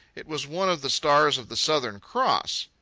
it was one of the stars of the southern cross.